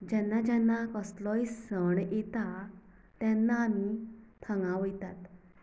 जेन्ना जेन्ना कसलोय सण येता तेन्ना आमी थगां वयतात